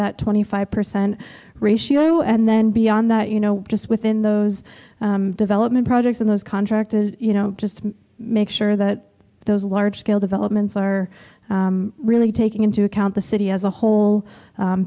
that twenty five percent ratio and then beyond that you know just within those development projects and those contracted you know just make sure that those large scale developments are really taking into account the city as a whole